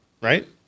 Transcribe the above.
right